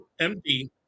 MD